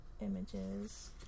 images